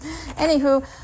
Anywho